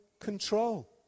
control